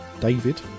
David